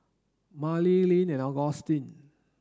Marely Leann and Agustin